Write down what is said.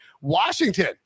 Washington